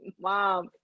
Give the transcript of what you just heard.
Mom